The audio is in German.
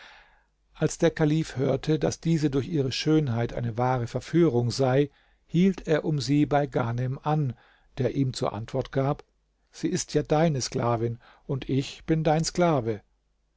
als der kalif hörte daß diese durch ihre schönheit eine wahre verführung sei hielt er um sie bei ghanem an der ihm zur antwort gab sie ist ja deine sklavin und ich bin dein sklave